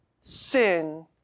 sin